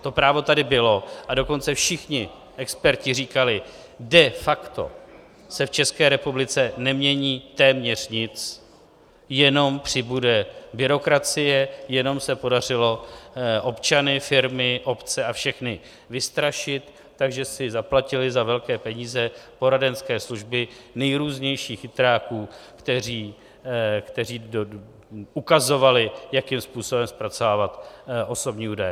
To právo tady bylo, a dokonce všichni experti říkali, de facto se v České republice nemění téměř nic, jenom přibude byrokracie, jenom se podařilo občany, firmy, obce a všechny vystrašit, takže si zaplatili za velké peníze poradenské služby nejrůznějších chytráků, kteří ukazovali, jakým způsobem zpracovávat osobní údaje.